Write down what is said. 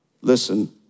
Listen